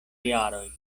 jaroj